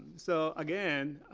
so again,